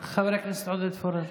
חבר הכנסת עודד פורר.